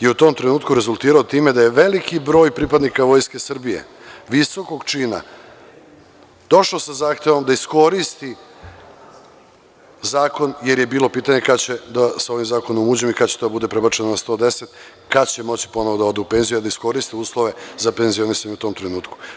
je u tom trenutku rezultirao time da je veliki broj pripadnika Vojske Srbije, visokog čina, došao sa zahtevom da iskoristi zakon, jer bilo pitanje kada će ovaj zakon da uđe, kada će to da bude prebačeno na 110, kad će moći ponovo da odu u penziju, a da iskoristi uslove za penzionisanje u tom trenutku.